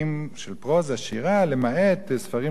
למעט ספרים שנועדו לשמש להוראה,